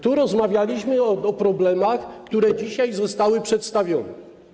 Tu rozmawialiśmy o problemach, które dzisiaj zostały przedstawione.